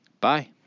Bye